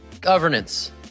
governance